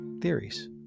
theories